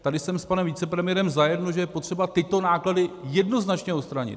Tady jsem s panem vicepremiérem zajedno, že je potřeba tyto náklady jednoznačně odstranit.